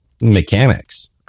mechanics